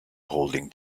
holding